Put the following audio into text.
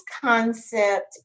concept